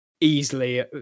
easily